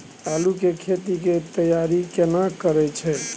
आलू के खेती के तैयारी केना करै छै?